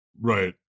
right